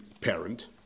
parent